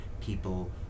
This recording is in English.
people